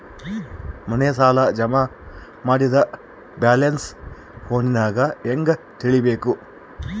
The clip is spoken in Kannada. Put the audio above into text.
ಮನೆ ಸಾಲ ಜಮಾ ಮಾಡಿದ ಬ್ಯಾಲೆನ್ಸ್ ಫೋನಿನಾಗ ಹೆಂಗ ತಿಳೇಬೇಕು?